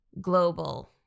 global